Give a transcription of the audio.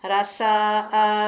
Rasa